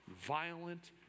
violent